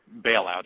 bailout